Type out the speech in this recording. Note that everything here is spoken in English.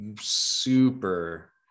super